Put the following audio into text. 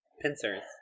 pincers